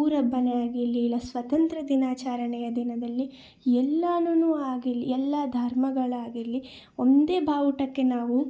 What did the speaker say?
ಊರ ಹಬ್ಬನೇ ಆಗಿರಲಿ ಇಲ್ಲ ಸ್ವಾತಂತ್ರ್ಯ ದಿನಾಚರಣೆಯ ದಿನದಲ್ಲಿ ಎಲ್ಲಾನು ಆಗಿರಲಿ ಎಲ್ಲ ಧರ್ಮಗಳಾಗಿರಲಿ ಒಂದೇ ಬಾವುಟಕ್ಕೆ ನಾವು